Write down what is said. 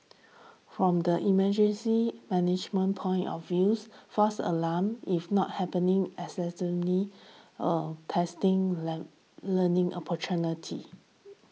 from the emergency management point of views false alarms if not happening incessantly testing learning opportunities